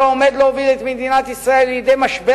או שעומד להוביל את מדינת ישראל למשבר